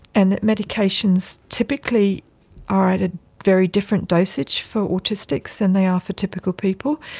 and that medications typically are at a very different dosage for autistics than they are for typical people,